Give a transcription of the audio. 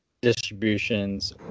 distributions